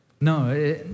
No